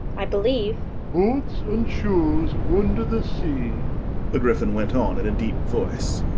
i believe boots and shoes under the sea the gryphon went on in a deep voice,